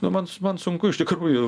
nu man man sunku iš tikrųjų